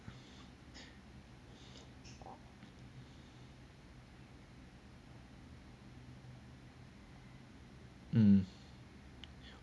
um